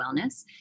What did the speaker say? wellness